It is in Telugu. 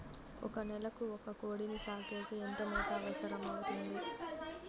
ఒక నెలకు ఒక కోడిని సాకేకి ఎంత మేత అవసరమవుతుంది?